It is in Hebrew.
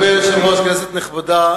2009. חבר הכנסת עתניאל שנלר,